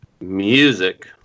music